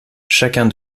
chacun